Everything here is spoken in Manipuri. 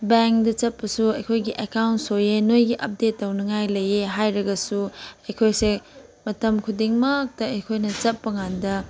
ꯕꯦꯡꯛꯗ ꯆꯠꯄꯁꯨ ꯑꯩꯈꯣꯏꯒꯤ ꯑꯦꯀꯥꯎꯟ ꯁꯣꯏꯌꯦ ꯅꯣꯏꯒꯤ ꯑꯞꯗꯦꯠ ꯇꯧꯅꯉꯥꯏ ꯂꯩꯌꯦ ꯍꯥꯏꯔꯒꯁꯨ ꯑꯩꯈꯣꯏꯁꯦ ꯃꯇꯝ ꯈꯨꯗꯤꯡꯃꯛꯇ ꯑꯩꯈꯣꯏꯅ ꯆꯠꯄ ꯀꯥꯟꯗ